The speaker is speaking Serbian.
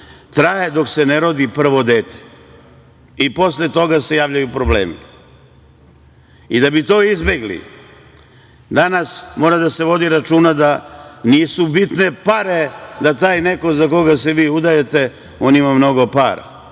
traje dok se ne rodi prvo dete i posle toga se javljaju problemi.I da bi to izbegli, danas mora da se vodi računa, da nisu bitne pare, da taj neko za koga se vi udajete ima mnogo para.